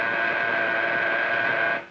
ah